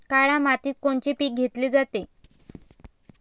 काळ्या मातीत कोनचे पिकं घेतले जाते?